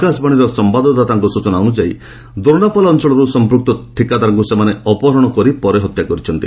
ଆକାଶବାଣୀର ସମ୍ଭାଦଦାତାଙ୍କ ସୂଚନା ଅନୁଯାୟୀ ଦୋର୍ଷାପାଲ ଅଞ୍ଚଳରୁ ସମ୍ପୁକ୍ତ ଠିକାଦାରଙ୍କୁ ସେମାନେ ଅପହରଣ କରି ପରେ ହତ୍ୟା କରିଛନ୍ତି